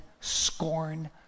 scorn